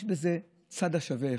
יש בזה צד שווה אחד: